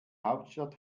hauptstadt